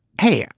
hey,